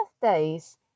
birthdays